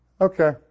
okay